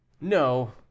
No